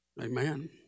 Amen